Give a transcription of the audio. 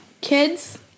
Kids